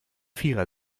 vierer